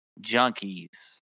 junkies